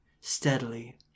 steadily